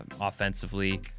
offensively